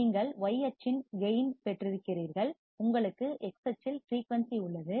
நீங்கள் y அச்சில் கேயின் பெற்றிருக்கிறீர்கள் உங்களுக்கு x அச்சில் ஃபிரீயூன்சி உள்ளது